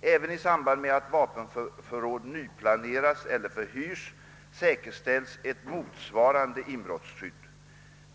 Även i samband med att vapenförråd nyplaneras eller förhyrs säkerställs ett motsvarande inbrottsskydd.